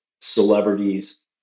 celebrities